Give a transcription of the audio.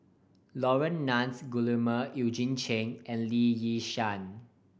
Laurence Nunns Guillemard Eugene Chen and Lee Yi Shyan